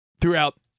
throughout